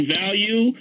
value